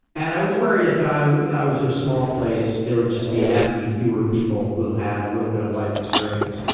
and i was worried if i i was at a small place, there would just be that many fewer people who had a little bit of life experience.